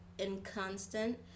inconstant